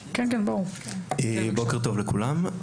בוקר טוב לכולם.